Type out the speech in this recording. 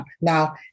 now